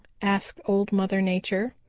asked old mother nature.